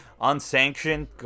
unsanctioned